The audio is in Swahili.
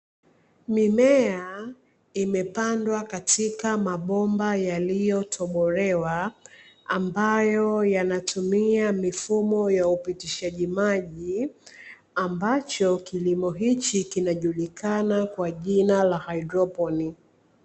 Mimea imepandwa katika mabomba yaliyotobolewa ambayo yanatumia mifumo ya upitishaji maji, ambacho kilimo hiki kinajulikana kwa jina la haidroponi.